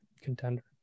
contender